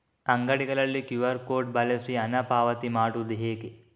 ಅಂಗಡಿಗಳಲ್ಲಿ QR code ಬಳಸಿ ಹಣ ಪಾವತಿ ಮಾಡೋದು ಹೇಗೆ?